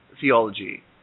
theology